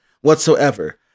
whatsoever